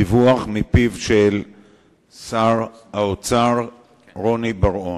דיווח שר האוצר רוני בר-און.